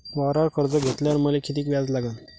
वावरावर कर्ज घेतल्यावर मले कितीक व्याज लागन?